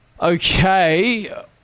Okay